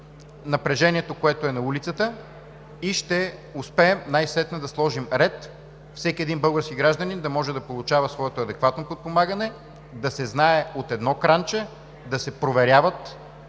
напрежението, което е на улицата, и ще успеем най-сетне да сложим ред – всеки един български гражданин да може да получава своето адекватно подпомагане, да се знае – от едно кранче, да се проверяват